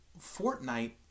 Fortnite